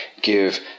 give